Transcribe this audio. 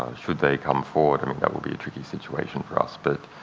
should they come forward, that would be a tricky situation for us, but